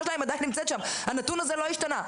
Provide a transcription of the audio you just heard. שלהם עדיין נמצאת שם והנתון הזה לא השתנה?